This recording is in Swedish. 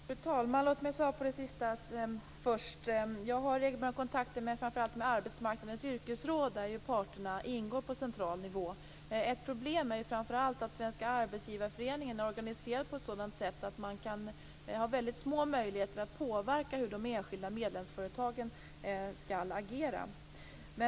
Fru talman! Låt mig svara på den sista frågan först. Jag har regelbundna kontakter framför allt med Arbetsmarknadens yrkesråd där parterna ingår på central nivå. Ett problem är att Svenska Arbetsgivareföreningen är organiserad på ett sådant sätt att man har väldigt små möjligheter att påverka hur de enskilda medlemsföretagen skall agera.